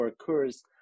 occurs